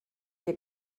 hier